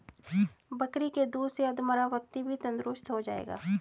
बकरी के दूध से अधमरा व्यक्ति भी तंदुरुस्त हो जाएगा